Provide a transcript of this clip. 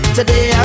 Today